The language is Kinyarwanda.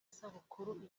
sabukuru